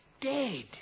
dead